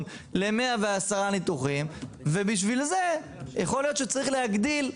ל-110 ניתוחים ובשביל זה יכול להיות שצריך להגדיל.